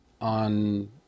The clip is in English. on